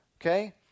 Okay